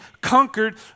conquered